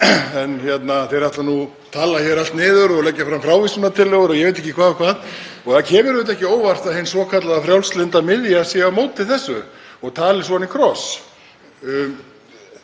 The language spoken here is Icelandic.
en þeir tala allt niður og leggja fram frávísunartillögur og ég veit ekki hvað og hvað. Það kemur auðvitað ekki á óvart að hin svokallaða frjálslynda miðja sé á móti þessu og tali svona í kross.